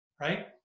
right